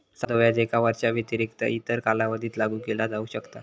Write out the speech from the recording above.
साधो व्याज एका वर्षाव्यतिरिक्त इतर कालावधीत लागू केला जाऊ शकता